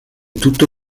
tutto